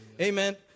Amen